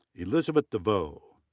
elizabeth devoe,